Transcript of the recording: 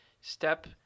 step